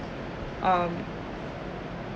um